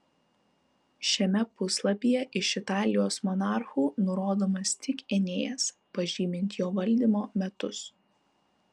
šiame puslapyje iš italijos monarchų nurodomas tik enėjas pažymint jo valdymo metus